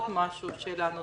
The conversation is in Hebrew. שאלה נוספת: